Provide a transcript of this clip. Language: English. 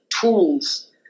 tools